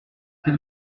tel